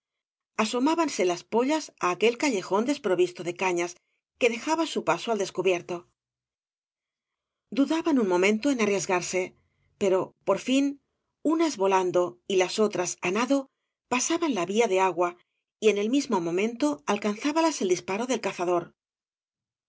descubierto asomábanse las pollas á aquel callejón desprovisto de cañas que dejaba su paso al descubierto dudaban un momento en arriesgarse pero por fio unas volando y las otras á nado pasaban la vía de agua y en el mismo momento alcanzábalas el disparo del cazador